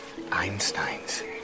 einsteins